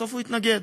הוא התנגד.